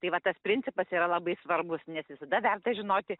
tai va tas principas yra labai svarbus nes visada verta žinoti